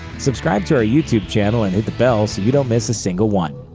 subscribe to our youtube channel and hit the bell so you don't miss a single one.